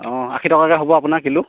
অঁ আশী টকাকৈ হ'ব আপোনাক কিলো